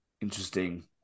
interesting